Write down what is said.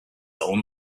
own